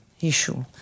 issue